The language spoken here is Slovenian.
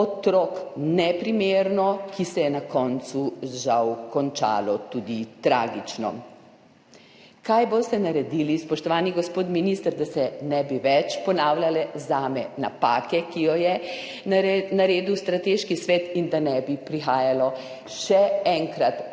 otrok, ki se je na koncu žal končalo tudi tragično. Kaj boste naredili, spoštovani gospod minister, da se ne bi več ponavljale, vsaj zame, napake, ki jih je naredil Strateški svet in da ne bi prihajalo še enkrat do